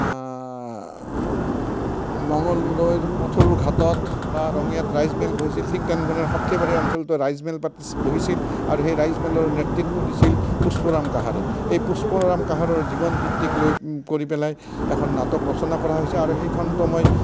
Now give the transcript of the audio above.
মঙলদৈৰ পথৰুঘাটত বা ৰঙীয়াত ৰাইজমেল বহিছিল ঠিক তেনেদৰে সৰ্থেবাৰী অঞ্চলটোত ৰাইজমেল পাতি বহিছিল আৰু সেই ৰাইজমেলৰ নেতৃত্ব দিছিল পুষ্পৰাম কঁহাৰে এই পুষ্পৰাম কঁহাৰৰ জীৱন ভিত্তিক লৈ কৰি পেলাই এখন নাটক ৰচনা কৰা হৈছে আৰু সেইখনটো মই